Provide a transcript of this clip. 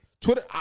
Twitter